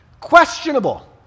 questionable